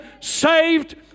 saved